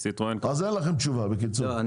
אז אין לכם תשובה בקיצור?